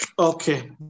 Okay